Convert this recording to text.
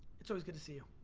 it's always good to see you.